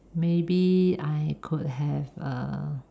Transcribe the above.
maybe I could have err